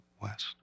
West